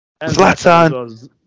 Zlatan